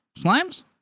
Slimes